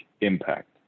impact